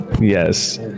Yes